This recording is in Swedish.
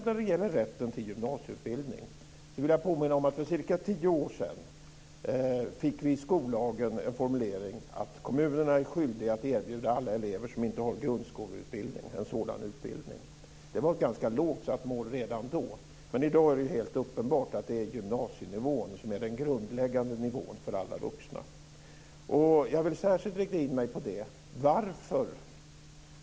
När det gäller rätten till gymnasieutbildning vill jag påminna om att för ca 10 år sedan fick vi i skollagen en formulering om att kommunerna är skyldiga att erbjuda alla elever som inte har grundskoleutbildning en sådan utbildning. Det var ett ganska lågt satt mål redan då, men i dag är det helt uppenbart att det är gymnasienivån som är den grundläggande nivån för alla vuxna. Jag vill särskilt rikta in mig på detta.